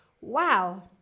wow